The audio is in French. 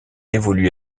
évolue